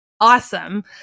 awesome